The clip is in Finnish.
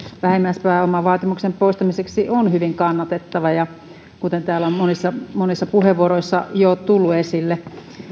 vähimmäispääomavaatimuksen poistamiseksi on hyvin kannatettava kuten täällä on monissa monissa puheenvuoroissa jo tullut esille